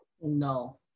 no